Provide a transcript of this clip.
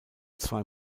zwei